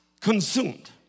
consumed